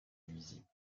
nuisible